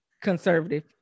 conservative